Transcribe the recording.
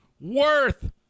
worth